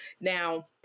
Now